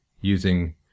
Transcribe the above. using